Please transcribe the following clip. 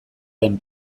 den